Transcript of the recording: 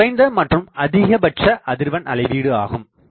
இது குறைந்த மற்றும் அதிகபட்ச அதிர்வெண் அளவீடு ஆகும்